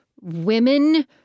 Women